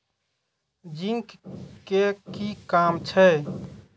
Zinc के कि काम छै?